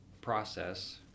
process